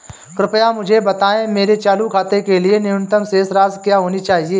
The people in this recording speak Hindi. कृपया मुझे बताएं मेरे चालू खाते के लिए न्यूनतम शेष राशि क्या होनी चाहिए?